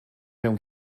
don’t